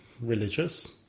religious